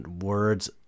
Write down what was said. words